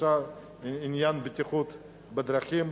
עניין הבטיחות בדרכים,